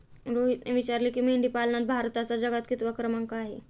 रोहितने विचारले की, मेंढीपालनात भारताचा जगात कितवा क्रमांक आहे?